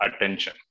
attention